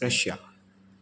Russia